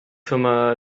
firma